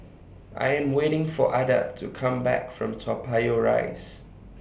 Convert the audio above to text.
I Am waiting For Adda to Come Back from Toa Payoh Rise